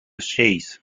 chase